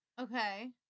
okay